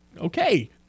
okay